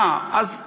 אה, אז אוקיי,